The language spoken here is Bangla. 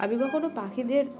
আমি কখনো পাখিদের